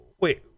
wait